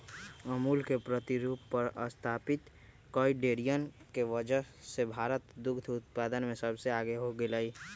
अमूल के प्रतिरूप पर स्तापित कई डेरियन के वजह से भारत दुग्ध उत्पादन में सबसे आगे हो गयलय